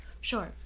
Sure